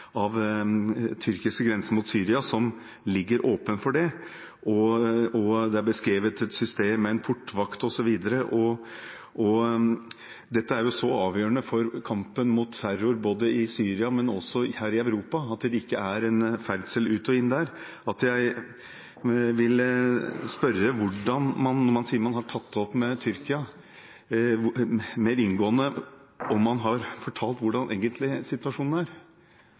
av den tyrkiske grensen mot Syria som ligger åpen for det, og det er beskrevet et system med en portvakt, osv. Det er så avgjørende for kampen mot terror i både Syria og her i Europa at det ikke er ferdsel ut og inn der, og når man sier man har tatt det opp med Tyrkia, vil jeg spørre mer inngående om man har fortalt hvordan situasjonen egentlig er.